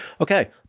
okay